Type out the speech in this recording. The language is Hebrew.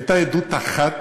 הייתה עדות אחת